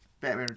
Batman